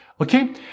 Okay